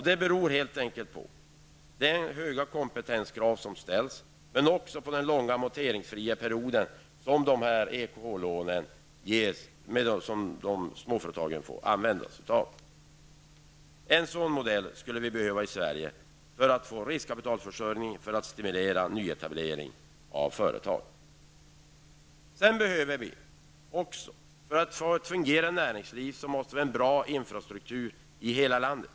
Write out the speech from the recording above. Det beror helt enkelt på de höga kompetenskrav som ställs, men också på den långa amorteringsfria period som småföretag med EKH lån får använda sig av. En sådan modell skulle vi behöva i Sverige för att klara riskkapitalförsörjningen, för att stimulera nyetablering av företag. För att få ett fungerande näringsliv måste vi ha en bra infrastruktur i hela landet.